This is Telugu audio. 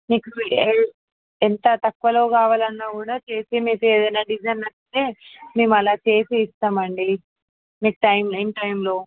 మీకు ఎంత తక్కువలో కావాలన్నా కూడా చేసి మీకు ఏదైనా డిజైన్ నచ్చితే మేము అలా చేసి ఇస్తాము అండి మీకు టైమ్ ఇన్ టైంలో